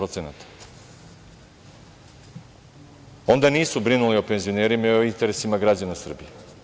Onda nisu brinuli o penzionerima i o interesima građana Srbije.